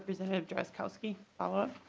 representative drazkowski ah ah